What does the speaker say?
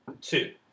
two